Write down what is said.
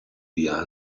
via